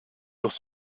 doch